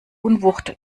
unwucht